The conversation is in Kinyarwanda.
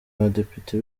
abadepite